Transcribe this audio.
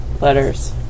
Letters